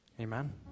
Amen